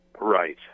Right